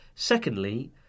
Secondly